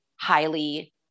highly